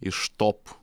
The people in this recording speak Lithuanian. iš top